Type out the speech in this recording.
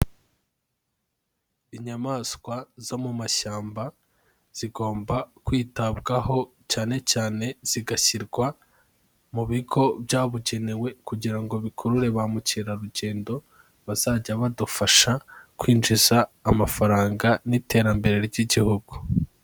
Inyamaswa zo mu mashyamba zigomba kwitabwaho, cyane cyane zigashyirwa mu bigo byabugenewe, kugira ngo bikurure ba mukerarugendo, bazajya badufasha kwinjiza amafaranga, n'iterambere ry'igihugu.